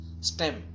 STEM